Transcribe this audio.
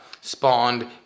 spawned